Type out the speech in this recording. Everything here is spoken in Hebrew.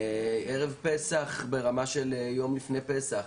ערב פסח, ברמה של יום לפני פסח.